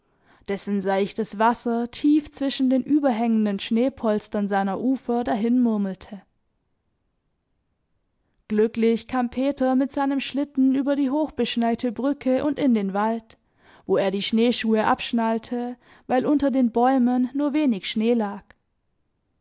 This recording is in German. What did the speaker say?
dessen seichtes wasser tief zwischen den überhängenden schneepolstern seiner ufer dahinmurmelte glücklich kam peter mit seinem schlitten über die hochbeschneite brücke und in den wald wo er die schneeschuhe